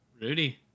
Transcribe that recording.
Rudy